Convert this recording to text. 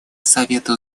совету